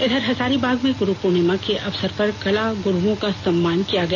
इधर हजारीबाग में गुरु पूर्णिमा के अवसर पर कला गुरुओं का सम्मान किया गया